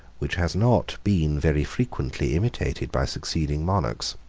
which has not been very frequently imitated by succeeding monarchs.